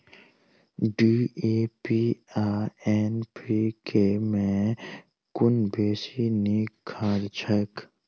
DAP आ NPK मे कुन बेसी नीक खाद छैक?